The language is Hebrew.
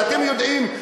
ואתם יודעים,